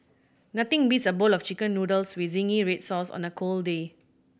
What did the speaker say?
nothing beats a bowl of Chicken Noodles with zingy red sauce on a cold day